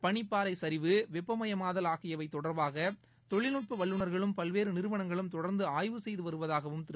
பனிப்பாறைச் சரிவு வெப்பமயமாதல் ஆகியவை தொடர்பாக தொழில்நுட்ப வல்லுநர்களும் பல்வேறு நிறுவனங்களும் தொடர்ந்து ஆய்வு செய்து வருவதாகவும் திரு